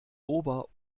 ober